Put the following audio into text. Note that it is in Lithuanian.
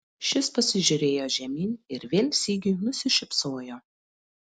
šis pasižiūrėjo žemyn ir vėl sigiui nusišypsojo